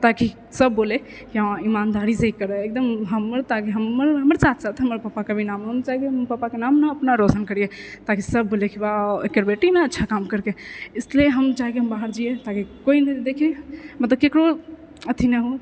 ताकि सब बोलय कि हँ इमानदारीसँ करऽ एकदम हम ताकि हमर साथ साथ हमर पपाके भी नाम हो हम चाहय छी हमर पपाके नाम ने अपना रौशन करियै ताकि सब बोलय कि वाह एकर बेटी ने अच्छा काम कयलकय इसलिये हम चाहय कि हम बाहर जइए ताकि कोइ भी देखय मतलब ककरो अथी नहि हो